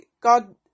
God